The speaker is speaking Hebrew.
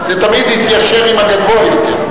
זה תמיד יתיישר עם הגבוה יותר.